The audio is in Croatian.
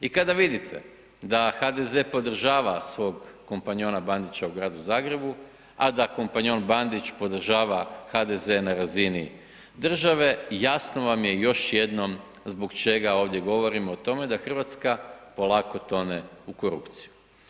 I kada vidite da HDZ podržava svog kompanjona Bandića u Gradu Zagrebu, a da kompanjon Bandić podržava HDZ na razini države, jasno vam je još jednom zbog čega ovdje govorim o tome, da Hrvatska polako tone u korupciju.